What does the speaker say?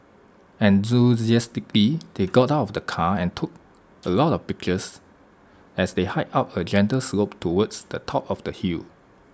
enthusiastically they got out of the car and took A lot of pictures as they hiked up A gentle slope towards the top of the hill